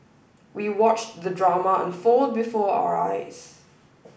we watched the drama unfold before our eyes